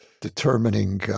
determining